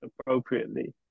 appropriately